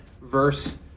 verse